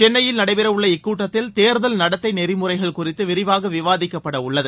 சென்னையில் நடைபெறவுள்ள இக்கூட்டத்தில் தேர்தல் நடத்தை நெறிமுறைகள் குறித்து விரிவாக விவாதிக்கப்படவுள்ளது